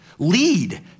Lead